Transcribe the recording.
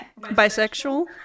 Bisexual